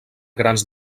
grans